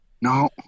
No